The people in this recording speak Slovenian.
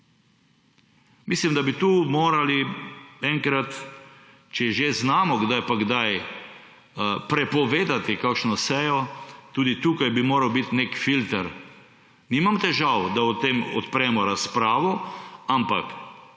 Mislim, da bi, če že znamo kdaj pa kdaj prepovedati kakšno sejo, tudi tukaj moral biti nek filter. Nimam težav, da o tem odpremo razpravo, ampak